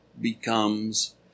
becomes